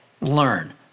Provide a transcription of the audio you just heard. learn